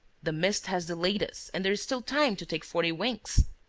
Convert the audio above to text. the mist has delayed us and there is still time to take forty winks.